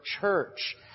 church